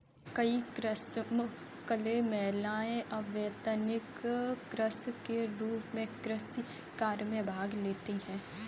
कई कृषक महिलाएं अवैतनिक श्रम के रूप में कृषि कार्य में भाग लेती हैं